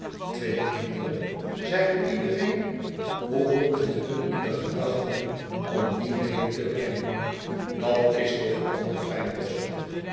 twee kinderen zeide iedereen hoe komt het hun in de gedachten om die mede te brengen dat is toch al te